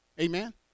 amen